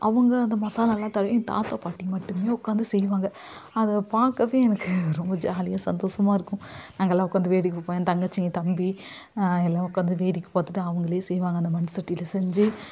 அவங்க அந்த மசாலாவெலாம் தடவி எங்கள் தாத்தா பாட்டி மட்டுமே உட்காந்து செய்வாங்க அதை பார்க்கவே எனக்கு ரொம்ப ஜாலியாக சந்தோஷமா இருக்கும் நாங்கெல்லாம் உட்காந்து வேடிக்கை பார்ப்போம் என் தங்கச்சி என் தம்பி எல்லாம் உட்காந்து வேடிக்கை பார்த்துட்டு அவங்களே செய்வாங்க அந்த மண் சட்டியில் செஞ்சு